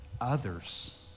others